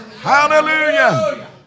Hallelujah